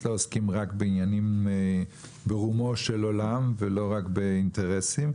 לא עוסקים רק בעניינים ברומו של עולם ולא רק באינטרסים,